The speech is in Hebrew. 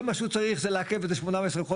כל מה שהוא צריך זה לעכב את זה 18 חודש,